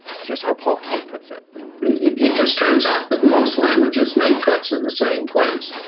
here's how paul kay puts it it just turns out that most languages make cuts in the same place.